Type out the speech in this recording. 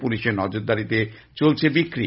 পুলিশের নজরদারিতে চলছে বিক্রি